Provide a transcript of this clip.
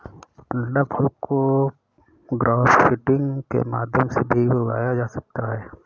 अंडाफल को ग्राफ्टिंग के माध्यम से भी उगाया जा सकता है